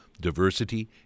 diversity